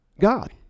God